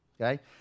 Okay